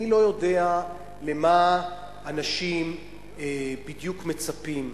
אני לא יודע למה אנשים בדיוק מצפים.